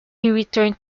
returned